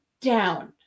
down